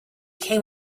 came